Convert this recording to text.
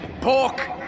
pork